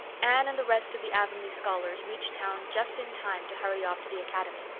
anne and the rest of the avonlea scholars reached town just in time to hurry off to the academy.